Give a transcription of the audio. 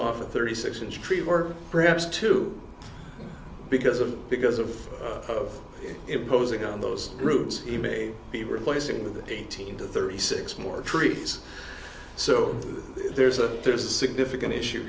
off a thirty six inch tree or perhaps too because of because of of imposing on those roads he may be replacing the eighteen to thirty six more trees so there's a there's a significant issue